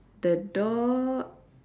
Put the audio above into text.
the door